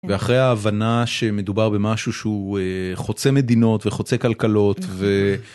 ואחרי ההבנה שמדובר במשהו שהוא חוצה מדינות וחוצה כלכלות ו...